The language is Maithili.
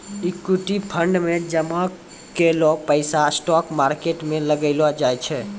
इक्विटी फंड मे जामा कैलो पैसा स्टॉक मार्केट मे लगैलो जाय छै